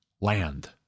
land